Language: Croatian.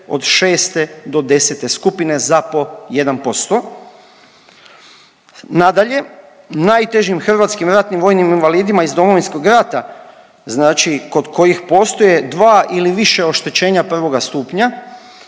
od 6. do 10. skupine za 1% Nadalje, najtežim hrvatskim ratnim vojnim invalidima iz Domovinskog rata znači kod kojih postoje dva ili više oštećenja prvoga stupnja,